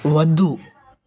వద్దు